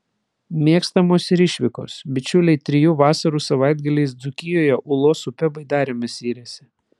mėgstamos ir išvykos bičiuliai trijų vasarų savaitgaliais dzūkijoje ūlos upe baidarėmis yrėsi